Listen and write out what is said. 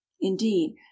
indeed